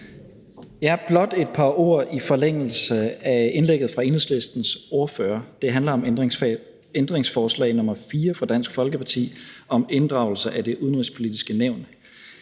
Det er blot et par ord i forlængelse af indlægget fra Enhedslistens ordfører. Det handler om ændringsforslag nr. 4 fra Dansk Folkeparti om inddragelse af Det Udenrigspolitiske Nævn.